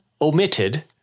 omitted